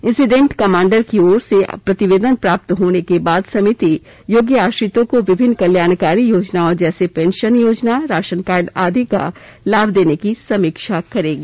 incident commander की ओर से प्रतिवेदन प्राप्त होने के बाद समिति योग्य आश्रितों को विभिन्न कल्याणकारी योजनाओं जैसे पेंशन योजना राशन कार्ड आदि का लाभ देने की समीक्षा करेगी